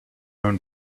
own